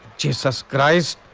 jesus christ!